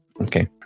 Okay